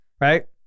Right